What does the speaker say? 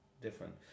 different